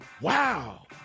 Wow